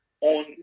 on